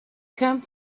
come